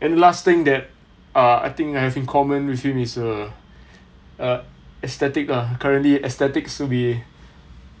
and last thing that uh I think I have in common with him is uh uh aesthetic lah currently aesthetics to be